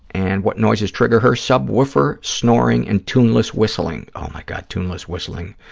and what noises trigger her, subwoofer, snoring and tuneless whistling. oh, my god, tuneless whistling.